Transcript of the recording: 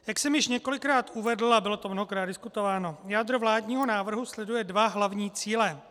Jak jsem již několikrát uvedl, a bylo to mnohokrát diskutováno, jádro vládního návrhu sleduje dva hlavní cíle.